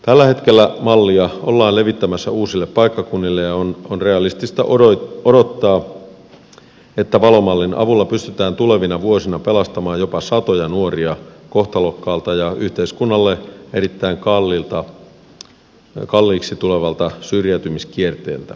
tällä hetkellä mallia ollaan levittämässä uusille paikkakunnille ja on realistista odottaa että valo mallin avulla pystytään tulevina vuosina pelastamaan jopa satoja nuoria kohtalokkaalta ja yhteiskunnalle erittäin kalliiksi tulevalta syrjäytymiskierteeltä